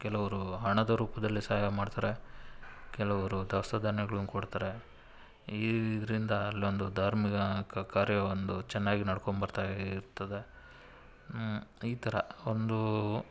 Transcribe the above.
ಕೆಲವರು ಹಣದ ರೂಪದಲ್ಲೇ ಸಹಾಯ ಮಾಡ್ತಾರೆ ಕೆಲವರು ದವಸ ಧಾನ್ಯಗ್ಳನ್ನ ಕೊಡ್ತಾರೆ ಈ ಇದರಿಂದ ಅಲ್ಲೊಂದು ಧಾರ್ಮಿಕ ಕಾರ್ಯವೊಂದು ಚೆನ್ನಾಗಿ ನಡ್ಕೊಂಬರ್ತಾ ಇರ್ತದೆ ಈ ಥರ ಒಂದು